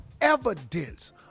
evidence